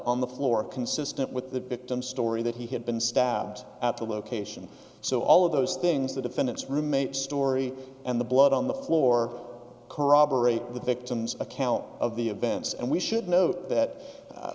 on the floor consistent with the victim's story that he had been stabbed at the location so all of those things the defendant's roommate story and the blood on the floor corroborate the victim's account of the events and we should note that